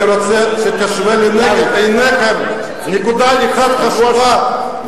אני רוצה שתשוו לנגד עיניכם נקודה אחת חשובה,